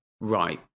right